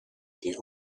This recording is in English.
the